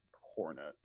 hornet